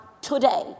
today